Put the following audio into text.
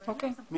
אנחנו